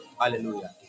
Hallelujah